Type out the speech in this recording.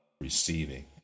receiving